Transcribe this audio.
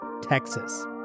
Texas